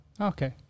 Okay